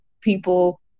people